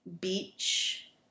Beach